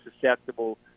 susceptible